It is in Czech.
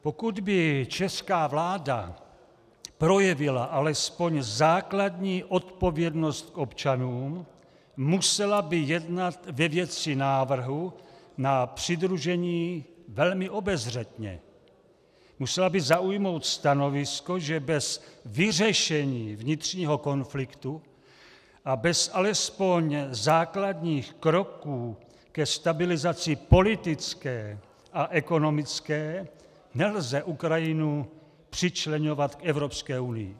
Pokud by česká vláda projevila alespoň základní odpovědnost k občanům, musela by jednat ve věci návrhu na přidružení velmi obezřetně, musela by zaujmout stanovisko, že bez vyřešení vnitřního konfliktu a bez alespoň základních kroků ke stabilizaci politické a ekonomické nelze Ukrajinu přičleňovat k Evropské unii.